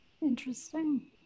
interesting